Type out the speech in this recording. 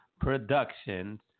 Productions